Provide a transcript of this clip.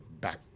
back